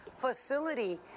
facility